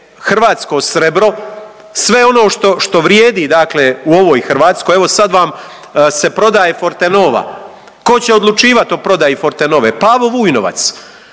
hrvatsko srebro sve ono što vrijedi u ovoj Hrvatskoj. Evo sad vam se prodaje Fortenova, ko će odlučivat o prodaji Fortenove? Pavo Vujnovac,